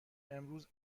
امروز